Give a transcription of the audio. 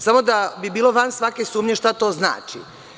Samo da bi bilo van svake sumnje, šta to znači?